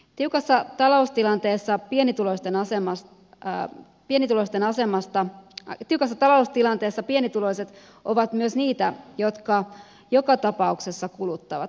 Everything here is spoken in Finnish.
tiukassa taloustilanteessa pienituloisten asemasta ä pienituloisten asemasta mika pienituloiset ovat myös niitä jotka joka tapauksessa kuluttavat